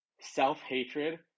self-hatred